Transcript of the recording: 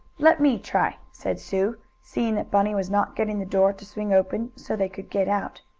let me try, said sue, seeing that bunny was not getting the door to swing open so they could get out.